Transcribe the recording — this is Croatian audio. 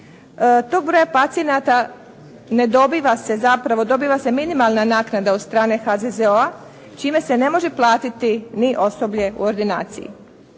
tog broja pacijenata ne dobiva se zapravo, dobiva se minimalna naknada od strane HZZO-a čime se ne može platiti ni osoblje u ordinaciji.